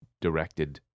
directed